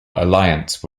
alliance